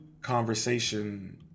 conversation